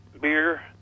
beer